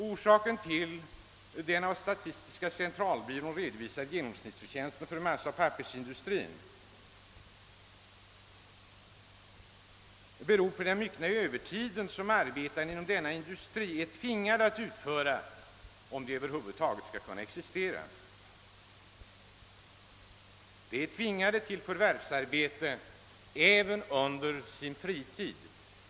Orsaken till att den av statistiska centralbyrån redovisade genomsnittsförtjänsten för massaoch pappersindustrin ligger högre är det omfattande övertidsarbete som arbetarna inom denna industri är tvingade att utföra om de över huvud taget skall kunna existera. De är tvingade till förvärvsarbete även under sina friskift.